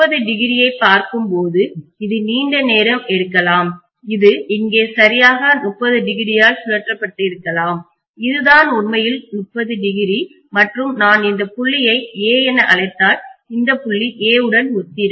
30oஐப் பார்க்கும்போது இதை நீண்ட நேரம் எடுக்கலாம் அது இங்கே சரியாக 30o ஆல் சுழற்றப்பட்டிருக்கலாம் இதுதான் உண்மையில் 30o மற்றும் நான் இந்த புள்ளியை A என அழைத்தால் இந்த புள்ளி A உடன் ஒத்திருக்கும்